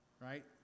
right